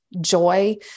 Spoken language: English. joy